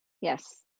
yes